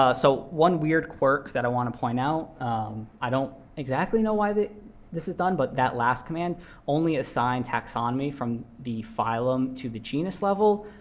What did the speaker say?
ah so one weird quirk that i want to point out i don't exactly know why this is done, but that last command only assigns taxonomy from the phylum to the genus level.